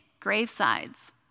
gravesides